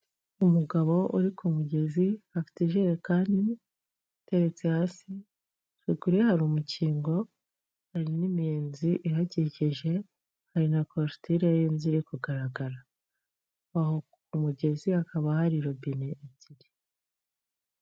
Umugabo uri ku mugezi afite ijerekani iteretse hasi, ruguru ye hari umukingo hari n'imiyenzi ihakikije, hari na Korutire y'inzu iri kugaragara, aho ku mugezi hakaba hari robine ebyiri.